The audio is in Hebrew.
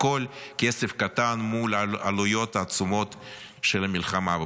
הכול כסף קטן מול על העלויות העצומות של המלחמה.